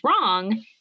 wrong